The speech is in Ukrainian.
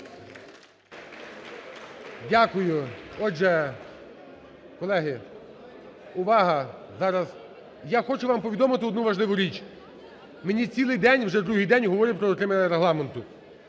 Дякую. Отже, колеги, увага, зараз… Я хочу вам повідомити одну важливу річ, мені цілий день, вже другий день, говорять про дотримання Регламенту.